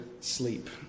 sleep